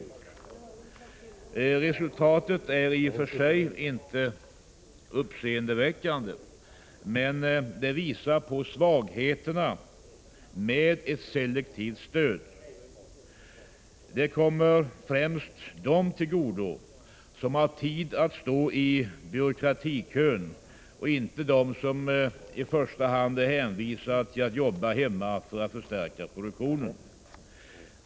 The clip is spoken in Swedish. Resultatet är i och för sig inte uppseendeväckande, men det visar på svagheterna med ett selektivt stöd. Det kommer främst dem till godo som har tid att stå i byråkratikön och inte dem som i första hand är hänvisade till att arbeta hemma för att förstärka produktionen.